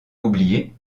oublié